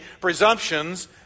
presumptions